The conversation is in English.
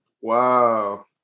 Wow